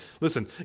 Listen